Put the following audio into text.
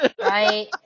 right